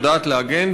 יודעת להגן,